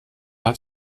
hat